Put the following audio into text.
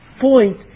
point